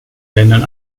ländern